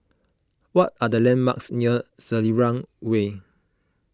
what are the landmarks near Selarang Way